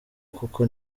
kuko